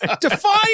define